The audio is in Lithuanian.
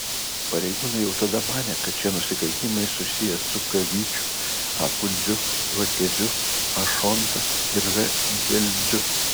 pareigūnai jau tada manė kad šie nusikaltimai susiję su k vyču a kudziu v keziu a šonta r dzelziu